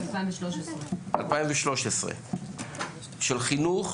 2013. 2013, של חינוך,